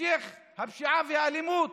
המשך הפשיעה והאלימות.